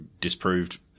disproved